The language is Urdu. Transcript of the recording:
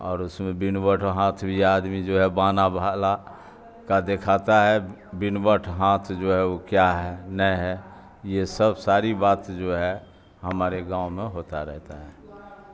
اور اس میں بن بٹھ ہاتھ بھی آدمی جو ہے بانا بھالا کا دکھاتا ہے بن بٹھ ہاتھ جو ہے وہ کیا ہے نہ ہے یہ سب ساری بات جو ہے ہمارے گاؤں میں ہوتا رہتا ہے